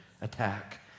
attack